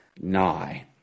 nigh